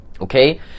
okay